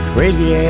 Crazy